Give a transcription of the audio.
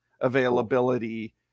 availability